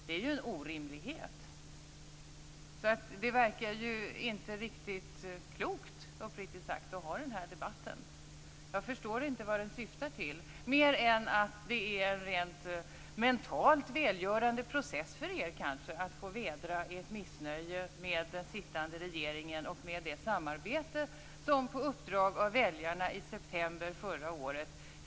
Det är en orimlighet. Det verkar inte riktigt klokt att ha den här debatten, uppriktigt sagt. Jag förstår inte vad den syftar till, mer än att det kanske är en rent mentalt välgörande process för er att få vädra ert missnöje med den sittande regeringen och det samarbete som vi fick mandat för av väljarna i september förra året.